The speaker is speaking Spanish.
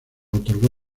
otorgó